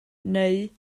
neu